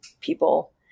people